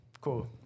cool